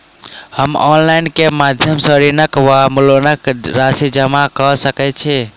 हम ऑनलाइन केँ माध्यम सँ ऋणक वा लोनक राशि जमा कऽ सकैत छी?